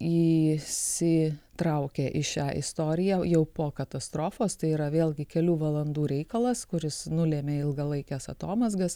į si traukia į šią istoriją jau po katastrofos tai yra vėl gi kelių valandų reikalas kuris nulėmė ilgalaikes atomazgas